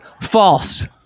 false